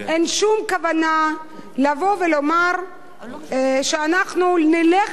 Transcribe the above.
אין שום כוונה לבוא ולומר שאנחנו נלך